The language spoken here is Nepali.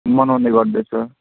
मनाउने गर्दछ